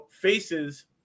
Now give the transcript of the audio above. faces